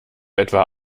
etwa